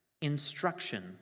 instruction